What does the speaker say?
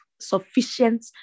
sufficient